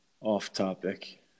off-topic